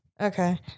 Okay